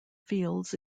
fields